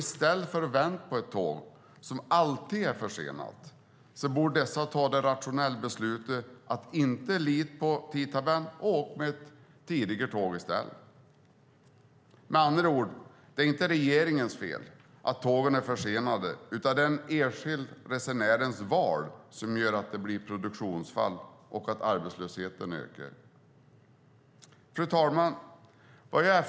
I stället för att vänta på ett tåg som alltid är försenat borde dessa ta det rationella beslutet att inte lita på tidtabellen och åka med ett tidigare tåg. Men andra ord: Det är inte regeringens fel att tågen är försenade, utan det är den enskilde resenärens val som gör att det blir produktionsbortfall och att arbetslösheten ökar. Fru talman!